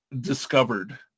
discovered